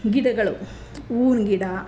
ಗಿಡಗಳು ಹೂವಿನ ಗಿಡ